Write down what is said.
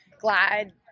glad